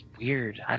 weird